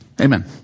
Amen